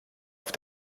auf